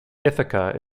ithaca